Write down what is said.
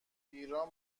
ایران